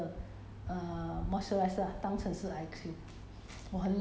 我我是我是我是把那个 err face lotion 那个